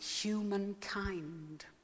humankind